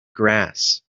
grass